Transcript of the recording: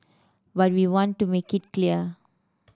but we want to make it clear